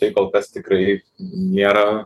tai kol kas tikrai nėra